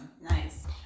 Nice